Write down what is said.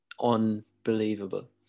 unbelievable